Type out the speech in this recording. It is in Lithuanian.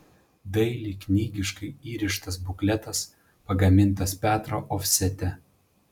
dailiai knygiškai įrištas bukletas pagamintas petro ofsete